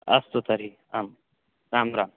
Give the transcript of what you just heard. अस्तु तर्हि आं रां राम्